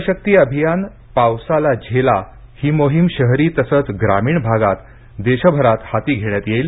जल शक्ति अभियानः पावसाला झेला ही मोहीम शहरी तसंच ग्रामीण भागात देशभरात हाती घेण्यात येईल